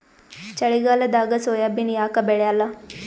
ಚಳಿಗಾಲದಾಗ ಸೋಯಾಬಿನ ಯಾಕ ಬೆಳ್ಯಾಲ?